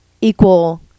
equal